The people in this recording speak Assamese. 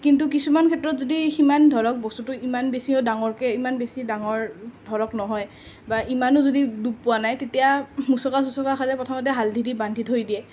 কিন্তু কিছুমান ক্ষেত্ৰত যদি সিমান ধৰক বস্তুটো ইমান বেছিও ডাঙৰকৈ ইমান বেছি ডাঙৰ ধৰক নহয় বা ইমানো যদি দুখ পোৱা নাই তেতিয়া মোচোকা চোচোকা খালে প্ৰথমতে হালধি দি বান্ধি থৈ দিয়ে